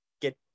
get